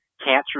cancer